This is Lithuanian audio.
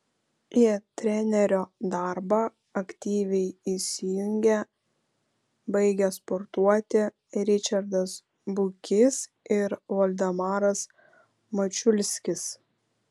į trenerio darbą aktyviai įsijungė baigę sportuoti ričardas bukys ir voldemaras mačiulskis